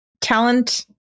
talent